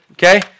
Okay